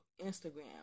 Instagram